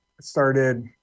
Started